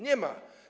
Nie ma.